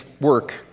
work